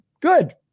good